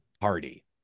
party